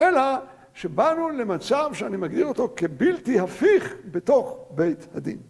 אלא, שבאנו למצב שאני מגדיר אותו כבלתי הפיך בתוך בית הדין.